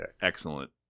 excellent